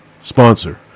sponsor